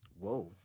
Whoa